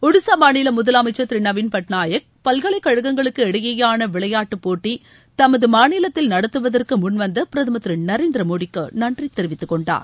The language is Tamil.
ஒடிசா மாநில முதலமைச்சர் திரு நவீன் பட்நாயக் பல்கலைக்கழகங்களுக்கு இடையேயான விளையாட்டுப்போட்டி தமது மாநிலத்தில் நடத்துவதற்கு முன்வந்த பிரதமர் திரு நரேந்திர மோடிக்கு நன்றி தெரிவித்துக்கொண்டார்